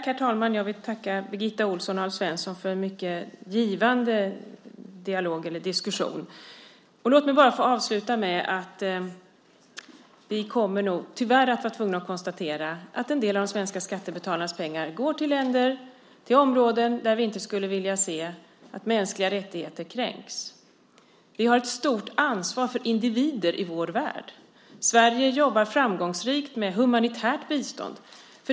Herr talman! Jag tackar Birgitta Ohlsson och Alf Svensson för en mycket givande dialog och diskussion. Låt mig bara få avsluta med att säga att vi nog tyvärr kommer att vara tvungna att konstatera att en del av de svenska skattebetalarnas pengar går till länder och områden där mänskliga rättigheter kränks på ett sätt som vi inte skulle vilja se. Vi har ett stort ansvar för individer i vår värld. Sverige jobbar framgångsrikt med humanitärt bistånd.